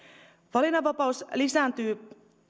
valinnanvapaus lisääntyy